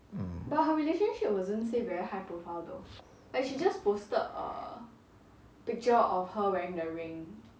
mm